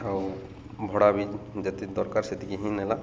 ଆଉ ଭଡ଼ା ବି ଯେତିକି ଦରକାର ସେତିକି ହିଁ ନେଲା